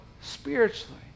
spiritually